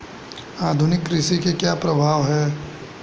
आधुनिक कृषि के क्या प्रभाव हैं?